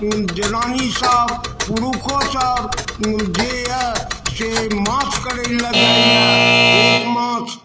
जनानीसब पुरुखोसब जाइए से मास करैलए जाइए एक मास